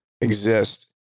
exist